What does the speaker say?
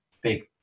big